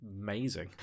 amazing